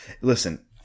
Listen